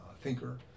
thinker